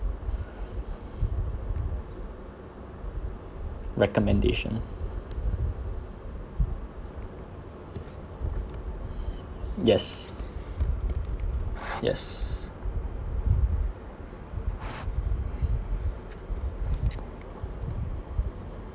recommendation yes yes